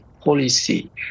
policy